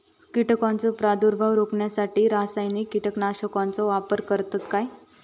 कीटकांचो प्रादुर्भाव रोखण्यासाठी रासायनिक कीटकनाशकाचो वापर करतत काय?